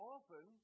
Often